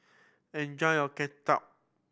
enjoy your ketupat